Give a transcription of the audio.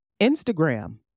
Instagram